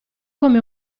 come